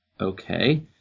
okay